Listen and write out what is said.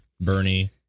Bernie